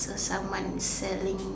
someone is selling